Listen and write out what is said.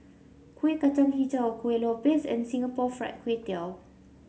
Kueh Kacang hijau Kuih Lopes and Singapore Fried Kway Tiao